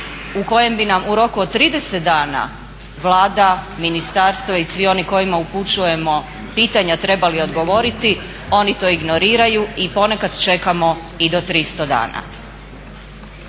u kojem bi nam u roku od 30 dana Vlada, ministarstva i svi oni kojima upućujemo pitanja trebali odgovoriti oni to ignoriraju i ponekad čekamo i do 300 dana.